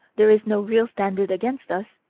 there is no real standard against us,